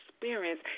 experience